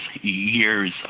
years